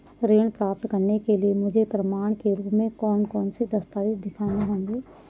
ऋण प्राप्त करने के लिए मुझे प्रमाण के रूप में कौन से दस्तावेज़ दिखाने होंगे?